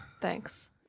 Thanks